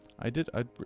i did ah